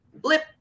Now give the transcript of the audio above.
blip